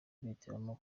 bahitamo